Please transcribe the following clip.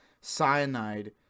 cyanide